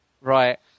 Right